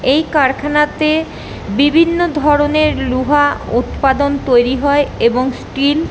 এই কারখানাতে বিভিন্ন ধরনের লোহা উৎপাদন তৈরি হয় এবং স্টিল